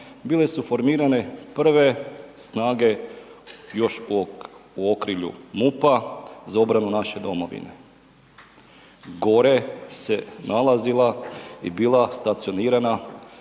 bile su formirane prve snage još u okrilju MUP-a za obranu naše domovine. Gore se nalazila i bila stacionirana